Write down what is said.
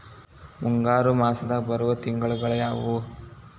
ಮುಂಗಾರು ಮಾಸದಾಗ ಬರುವ ತಿಂಗಳುಗಳ ಯಾವವು?